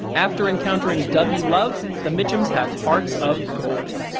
after encountering dougie love, the mitchums have hearts of gold.